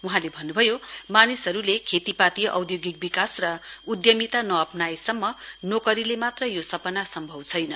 वहाँले भन्नुभयो मानिसहरूले खेतीपाली औधोगिक विकास र उधमिता नअप्नाएसम्म नोकरीले मात्र यो सपना सम्भव छैन